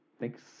Thanks